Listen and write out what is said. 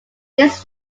this